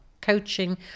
coaching